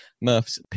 Murph's